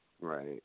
Right